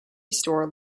store